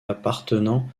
appartenant